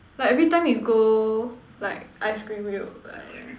like every time you go like ice cream you will like